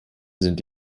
sind